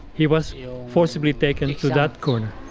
he was forcibly taken to that corner.